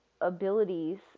abilities